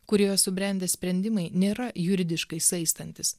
kurio subrendę sprendimai nėra juridiškai saistantys